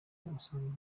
basanga